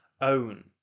own